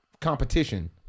competition